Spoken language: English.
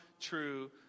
true